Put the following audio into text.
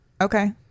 okay